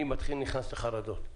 אני נכנס לחרדות,